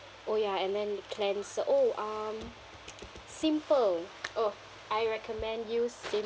oh ya and then cleanse s~ oh um simple oh I recommend use sim~